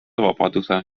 vabaduse